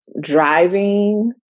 Driving